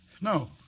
No